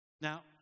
Now